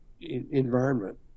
environment